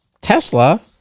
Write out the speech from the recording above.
tesla